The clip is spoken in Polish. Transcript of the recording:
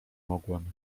mogłem